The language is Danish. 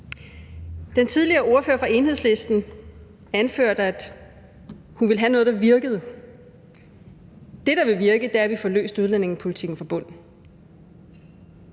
støtter. Ordføreren for Enhedslisten anførte, at hun ville have noget, der virkede. Det, der vil virke, er, at vi får løst udlændingepolitikken fra bunden.